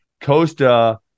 Costa